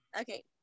okay